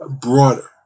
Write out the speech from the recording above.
broader